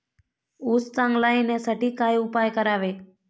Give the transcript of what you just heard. ऊस चांगला येण्यासाठी काय उपाय करावे?